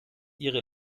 ihre